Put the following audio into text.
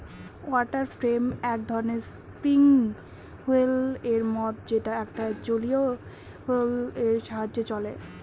water frame এক ধরনের spinning wheel এর মত যেটা একটা জলীয় হুইল এর সাহায্যে চলে